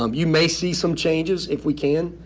um you may see some changes if we can.